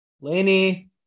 Laney